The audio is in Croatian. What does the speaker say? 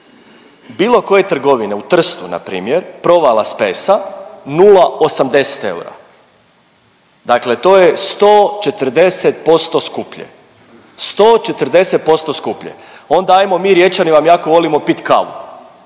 Bilo koje trgovine, u Trstu, npr. Provala Spesa 0,8 eura. Dakle to je 140% skuplje. 140% skuplje. Onda, ajmo, mi Riječani vam jako volimo pit kavu.